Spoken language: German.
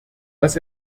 dass